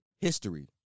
history